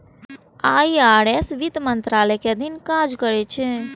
IRS वित्त मंत्रालय के अधीन काज करै छै